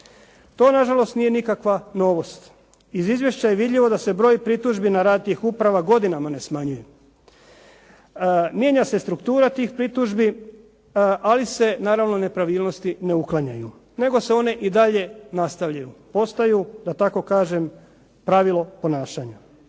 To na žalost nije nikakva novost. Iz izvješća je vidljivo da se broj pritužbi na rad tih uprava godinama ne smanjuje. Mijenja se struktura tih pritužbi, ali se naravno nepravilnosti ne uklanjaju, nego se one i dalje nastavljaju. Postaju da tako kažem pravilo ponašanja.